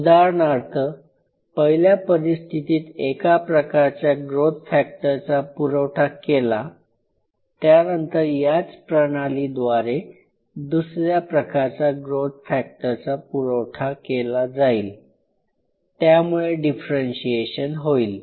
उदाहरणार्थ पहिल्या परिस्थितीत एका प्रकारच्या ग्रोथ फॅक्टरचा पुरवठा केला त्यानंतर याच प्रणालीद्वारे दुसऱ्या प्रकारच्या ग्रोथ फॅक्टरचा पुरवठा केला जाईल ज्यामुळे डिफरेंशीएशन होईल